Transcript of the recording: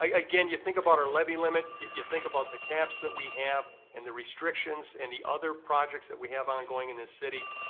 like again, you think about our levy limit, you think about the caps that we have and the restrictions and the other projects that we have ongoing in the city,